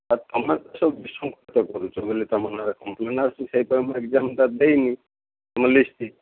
ତୁମେ ସବୁ ବିଶୃଙ୍ଖଳିତ କରୁଛ ବୋଲି ତୁମ ନାଁରେ କମ୍ପଲେନ୍ ଆସୁଛି ସେଇଥିପାଇଁ ମୁଁ ଏଗ୍ଜାମ୍ଟା ଦେଇନି ତୁମ ଲିଷ୍ଟ୍